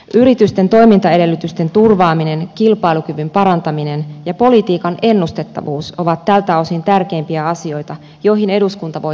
yritysten toimintaedellytysten turvaaminen kilpailukyvyn parantaminen ja politiikan ennustettavuus ovat tältä osin tärkeimpiä asioita joihin eduskunta voi toimillaan vaikuttaa